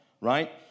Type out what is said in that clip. right